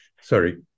Sorry